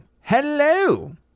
Hello